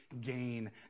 gain